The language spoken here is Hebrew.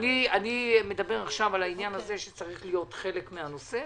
אני מדבר על כך שזה צריך להיות חלק מהנושא.